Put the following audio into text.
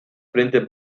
frente